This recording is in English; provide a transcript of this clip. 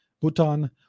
Bhutan